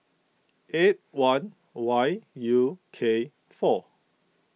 eight one Y U K four